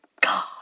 God